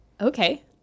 Okay